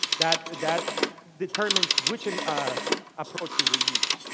that that determines which and ah approach you will use.